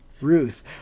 Ruth